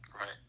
Right